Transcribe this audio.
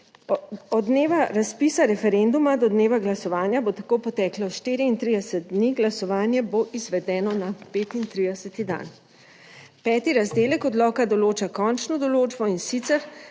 Od dneva razpisa referenduma do dneva glasovanja bo tako potekalo 34 dni, glasovanje bo izvedeno na 35. dan. Peti razdelek odloka določa končno določbo, in sicer,